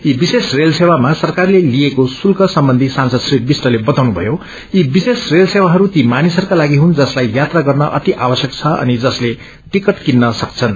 यी विश्रेषरेलसेवामासरकारलेलिएको श्रुल्कसम्बन्चीसांसदश्रीविष्टलेबताउनुभयो यी विश्रेषरेलसेवाहरू ती मानिसहरूकालागिहुन् जसलाई यात्रा गर्नअतिआवश्यक छ अनिजसलेटिकटकित्रसक्छन्